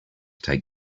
take